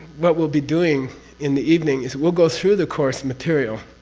what we'll be doing in the evening is we'll go through the course material